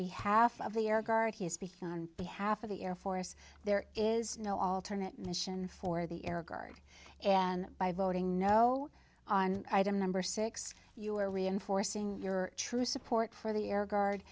behalf of the air guard he is speaking on behalf of the air force there is no alternate mission for the air guard and by voting no on item number six you are reinforcing your true support for the air guard